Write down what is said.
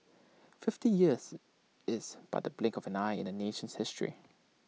fifty years is but the blink of an eye in A nation's history